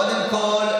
קודם כול,